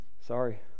sorry